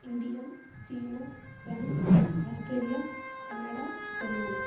India China France Australia Canada Germany